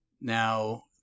Now